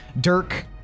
Dirk